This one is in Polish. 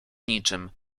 niczym